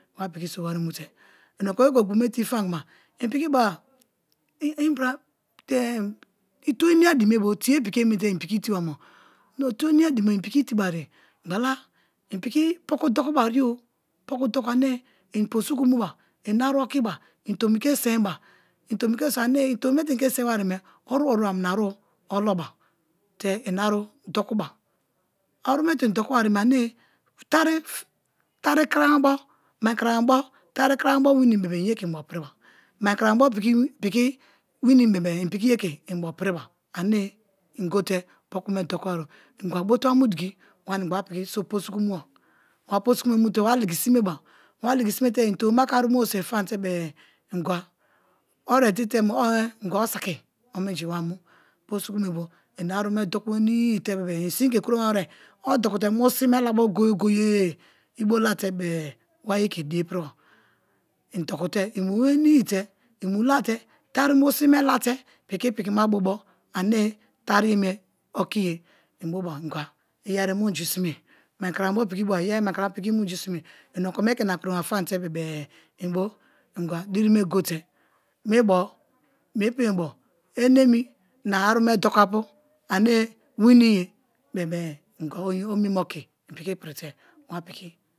Wa piki so wari mu-te, i oko inbra tuwo inia din me bo tiye din me bo tiye piki emi te i piki tee ba ma, tuwo inia din me bo inpiki te bariye ghala i piki poku do kubari-o poku doku ane i posuku muba i aru okiba i tomi ke sienba i tomi ke sien, ane tomi me te i ke sien bariyeme oruwo-ruwo amina aru oloba tfre i aru dokuba aru me te i dokubariye me ane tari kramaba, mai krama bo, tari krama bo winim bebe-e i piki ye ke nbo piriba ane i gote wa mu digi, wanimgba wa piki so posuka muba wa posuku me mu tere intomi ma ke aru me bo sien famatere inga o ready te mo ohh, ingwa o saki omenji wa mu posuku me bo i ani me dokuwenii te bebe-e i sin ke kuromawere odokute mu sin me labo goye goye ibolate be-e wa ye ke die piriba i dokute i mu wenii te i mu la te tarimu sin me la te piki pikima bo bo ane daroye me okiye, inboha ingwa i yeri munju sime, mai kramabo piki bo ba, iyeri mai kramabo piki munju sime i okome ke ina kroma famate bebe-e inbo ingwa dirime gote mi bo mie pem be bo eremi na am doku apu ane wini ye bebe-e ingwa oin o meme oki i piki prite wapiki.